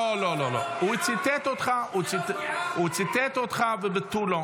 לא, לא, הוא ציטט אותך ותו לא.